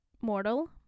mortal